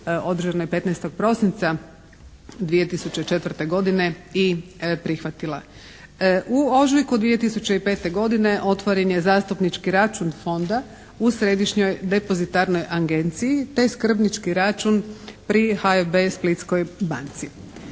održanoj 15. prosinca 2004. godine i prihvatila. U ožujku 2005. godine otvoren je zastupnički račun fonda u Središnjoj depozitarnoj agenciji te skrbnički račun pri HVB Splitskoj banci.